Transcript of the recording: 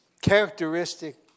Characteristic